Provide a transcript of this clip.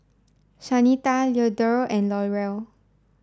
Shanita Leandro and Laurel